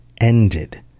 ended